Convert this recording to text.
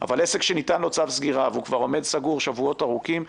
אלא לעסק שניתן לו צו סגירה והוא כבר עומד סגור שבועות ארוכים,